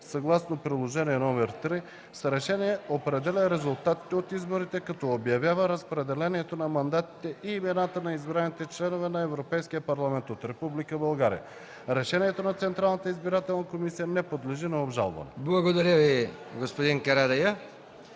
съгласно приложение № 3 с решение определя резултатите от изборите, като обявява разпределението на мандатите и имената на избраните членове на Европейския парламент от Република България. Решението на Централната избирателна комисия не подлежи на обжалване”. ПРЕДСЕДАТЕЛ МИХАИЛ МИКОВ: